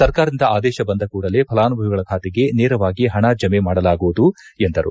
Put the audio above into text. ಸರ್ಕಾರದಿಂದ ಆದೇಶ ಬಂದ ಕೂಡಲೇ ಫಲಾನುಭವಿಗಳ ಖಾತೆಗೆ ನೇರವಾಗಿ ಹಣ ಜಮೆ ಮಾಡಲಾಗುವುದು ಎಂದರು